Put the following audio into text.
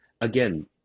again